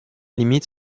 limite